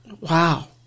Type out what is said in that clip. wow